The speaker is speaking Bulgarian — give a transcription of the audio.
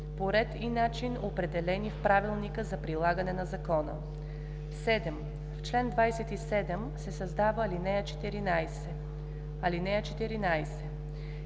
по ред и начин, определени в правилника за прилагане на закона“. 7. В чл. 27 се създава ал. 14: „(14)